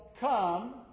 come